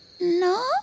No